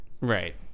Right